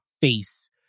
face